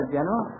General